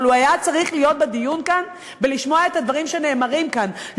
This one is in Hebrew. אבל הוא היה צריך להיות כאן בדיון ולשמוע את הדברים שנאמרים כאן,